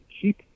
Cheap